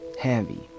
heavy